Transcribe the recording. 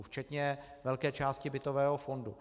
Včetně velké části bytového fondu.